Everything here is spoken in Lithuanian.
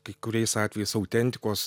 kai kuriais atvejais autentikos